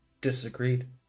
disagreed